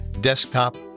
desktop